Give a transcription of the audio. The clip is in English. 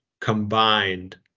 combined